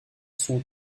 sont